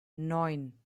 neun